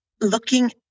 looking